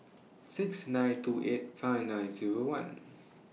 six nine two eight five nine Zero one